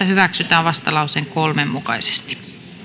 hyväksytään vastalauseen kolme mukaisesti